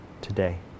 today